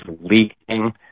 leaking